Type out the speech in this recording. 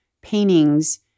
paintings